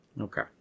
Okay